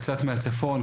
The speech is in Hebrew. קצת מהצפון,